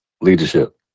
leadership